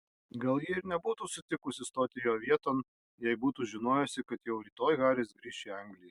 gal ji ir nebūtų sutikusi stoti jo vieton jei būtų žinojusi kad jau rytoj haris grįš į angliją